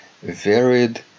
varied